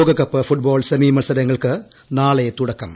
ലോകകപ്പ് ഫുട്ബോൾ സെമിമത്സരങ്ങൾക്ക് നാളെ തുടക്കം